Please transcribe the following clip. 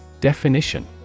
Definition